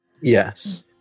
Yes